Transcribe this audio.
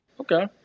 Okay